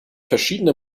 verschiedene